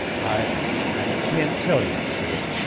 i i can't tell you, sid.